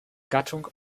gattung